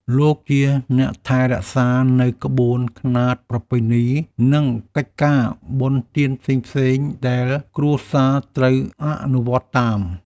លោកជាអ្នកថែរក្សានូវក្បួនខ្នាតប្រពៃណី និងកិច្ចការបុណ្យទានផ្សេងៗដែលគ្រួសារត្រូវអនុវត្តតាម។